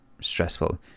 stressful